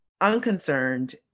unconcerned